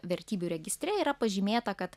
vertybių registre yra pažymėta kad